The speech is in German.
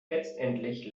letztendlich